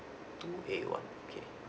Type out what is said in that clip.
two A one okay